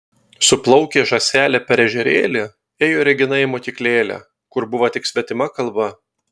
su plaukė žąselė per ežerėlį ėjo regina į mokyklėlę kur buvo tik svetima kalba